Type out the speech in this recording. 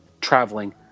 traveling